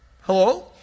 hello